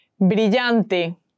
Brillante